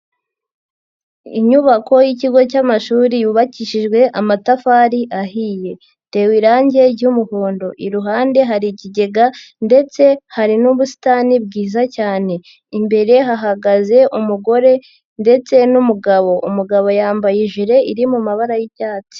Inyubako y'ikigo cy'amashuri yubakishijwe amatafari ahiye. Itewe irangi ry'umuhondo. Iruhande hari ikigega ndetse hari n'ubusitani bwiza cyane. Imbere hahagaze umugore ndetse n'umugabo. Umugabo yambaye ijile iri mu mabara y'ibyatsi.